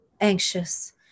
anxious